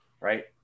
right